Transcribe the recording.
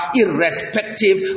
irrespective